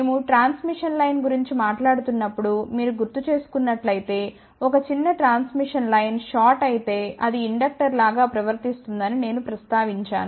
మేము transmission line గురించి మాట్లాడుతున్నప్పుడు మీరు గుర్తుచేసుకున్నట్లైతే ఒక చిన్న ట్రాన్స్మిషన్ లైన్ షార్ట్ అయితే అది ఇండక్టర్ లాగా ప్రవర్తిస్తుందని నేను ప్రస్తావించాను